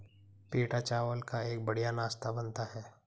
पीटा चावल का एक बढ़िया नाश्ता बनता है